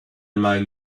mind